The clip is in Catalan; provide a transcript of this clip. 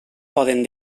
poden